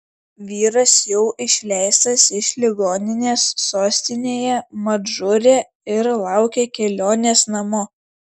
vyras jau išleistas iš ligoninės sostinėje madžūre ir laukia kelionės namo